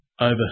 over